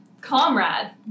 Comrade